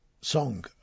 song